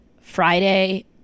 Friday